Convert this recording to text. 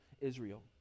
Israel